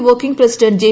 working president J